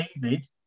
David